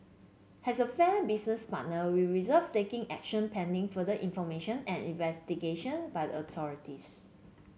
has a fair business partner we reserved taking action pending further information and investigation by the authorities